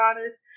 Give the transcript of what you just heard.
honest